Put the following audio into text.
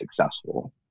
successful